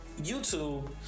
YouTube